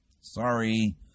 Sorry